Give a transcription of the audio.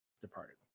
departed